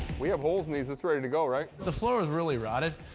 we have holes in these. it's ready to go, right? the floor is really rotted,